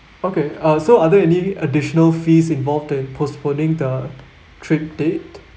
okay uh so are there any additional fees involved in postponing the trip date